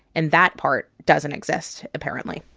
and that part doesn't exist, apparently